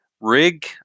rig